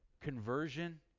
conversion